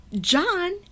John